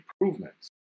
improvements